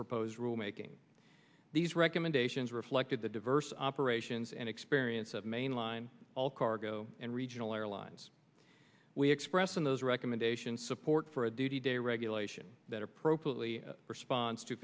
proposed rule making these recommendations reflected the diverse operations and experience of mainline all cargo and regional airlines we express in those recommendation support for a duty day regulation that appropriately response to